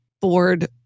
board